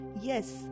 Yes